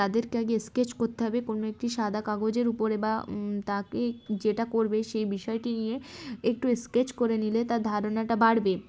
তাদেরকে আগে স্কেচ করতে হবে কোনো একটি সাদা কাগজের উপরে বা তাকে যেটা করবে সেই বিষয়টি নিয়ে একটু স্কেচ করে নিলে তার ধারণাটা বাড়বে